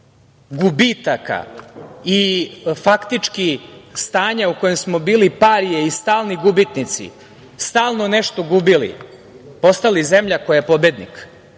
gubitaka i faktički stanja u kojem smo bili i stalni gubitnici, stalno nešto gubili, postali zemlja koja je pobednik.